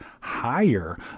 higher